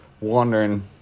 wondering